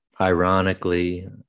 ironically